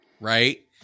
right